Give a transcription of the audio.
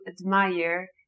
admire